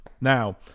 Now